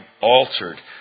altered